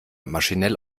maschinell